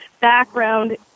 background